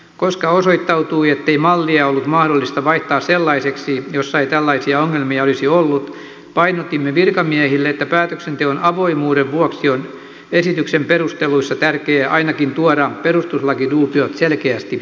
koska osoittautui ettei mallia ollut mahdollista vaihtaa sellaiseksi jossa ei tällaisia ongelmia olisi ollut painotimme virkamiehille että päätöksenteon avoimuuden vuoksi on esityksen perusteluissa tärkeää ainakin tuoda perustuslakiduubiot selkeästi esiin